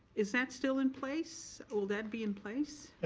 is that still in place? will that be in place?